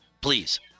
please